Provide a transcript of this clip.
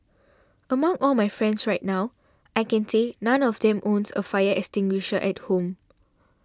among all my friends right now I can say none of them owns a fire extinguisher at home